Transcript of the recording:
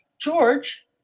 George